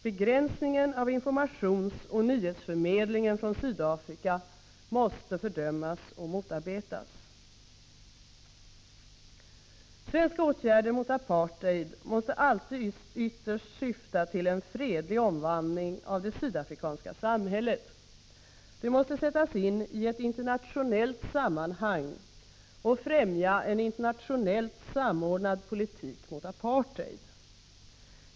Begränsningen av informationsoch nyhetsförmedlingen från Sydafrika måste fördömas och motarbetas. Svenska åtgärder mot apartheid måste alltid ytterst syfta till en fredlig omvandling av det sydafrikanska samhället. De måste sättas in i ett internationellt sammanhang och främja en internationellt samordnad politik mot apartheid.